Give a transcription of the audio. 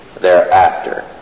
thereafter